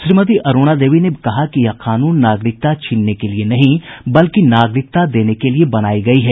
श्रीमती अरूणा देवी ने कहा कि यह कानून नागरिकता छीनने के लिये नहीं बल्कि नागरिकता देने के लिये बनायी गयी है